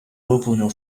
выполнил